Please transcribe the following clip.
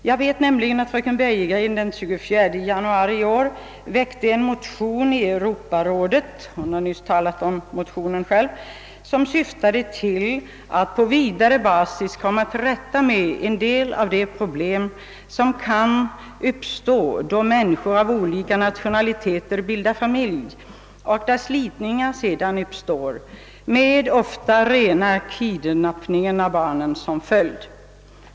Jag vet nämligen att fröken Bergegren den 24 januari i år väckte en motion i Europarådet — nyss omnämnd av henne själv — vilken syftade till att på vidare basis komma till rätta med en del av de problem som kan uppstå då människor av olika nationaliteter bildar familj och där slitningar sedan uppstår — ofta med rena kidnappningen av barnen som följd.